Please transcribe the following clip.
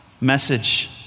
Message